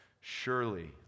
surely